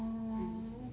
mm